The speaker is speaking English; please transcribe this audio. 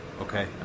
okay